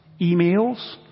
emails